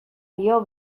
dio